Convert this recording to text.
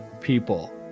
people